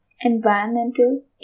environmental